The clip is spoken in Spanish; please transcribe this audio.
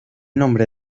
nombre